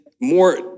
more